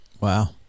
Wow